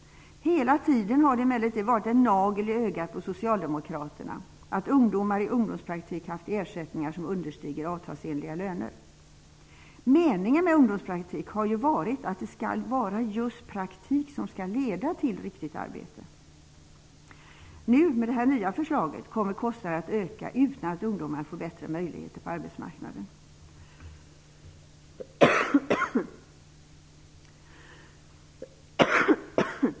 Hela tiden har det emellertid varit en nagel i ögat på socialdemokraterna att ungdomar i ungdomspraktik haft ersättningar som understiger avtalsenliga löner. Meningen med ungdomspraktik har ju varit att det skall vara just praktik som skall leda till riktigt arbete. Nu kommer kostnaden att öka utan att ungdomarna får bättre möjligheter på arbetsmarknaden.